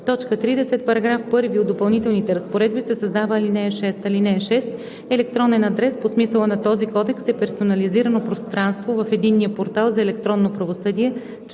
247в“. 30. В § 1 от допълнителните разпоредби се създава ал. 6: „(6) „Електронен адрес“ по смисъла на този кодекс е персонализирано пространство в единния портал за електронно правосъдие,